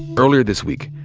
earlier this week,